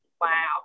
wow